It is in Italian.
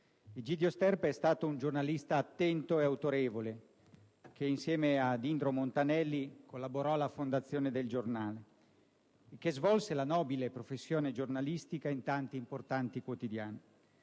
Egidio Sterpa è stato un giornalista attento e autorevole che, insieme ad Indro Montanelli, collaborò alla fondazione de «Il Giornale» e che svolse la nobile professione giornalistica in tanti importanti quotidiani.